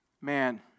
man